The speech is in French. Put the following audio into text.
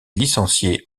licenciée